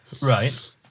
Right